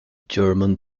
german